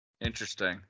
Interesting